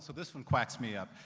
so this one quacks me up.